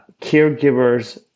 caregivers